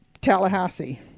Tallahassee